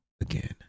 again